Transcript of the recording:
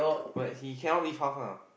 but he cannot leave house now